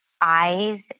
eyes